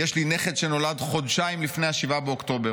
"יש לי נכד שנולד חודשיים לפני 7 באוקטובר,